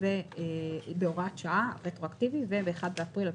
מי נגד?